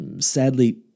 sadly